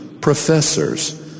professors